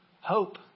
hope